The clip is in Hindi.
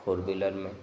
फ़ोर व्हीलर में